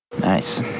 Nice